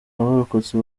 abarokotse